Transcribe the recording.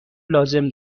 لازم